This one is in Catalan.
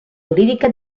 jurídica